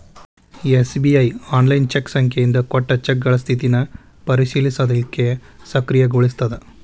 SBI online cheque ಸಂಖ್ಯೆಯಿಂದ ಕೊಟ್ಟ ಚೆಕ್ಗಳ ಸ್ಥಿತಿನ ಪರಿಶೇಲಿಸಲಿಕ್ಕೆ ಸಕ್ರಿಯಗೊಳಿಸ್ತದ